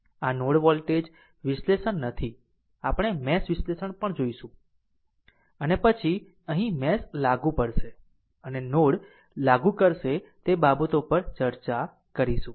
આ node voltage વિશ્લેષણ નથી આપણે મેશ વિશ્લેષણ પણ જોશું અને પછી અહીં મેશ લાગુ પડશે અને નોડ લાગુ કરશે તે બાબતો પર ચર્ચા કરશું